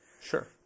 Sure